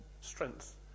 strength